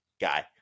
guy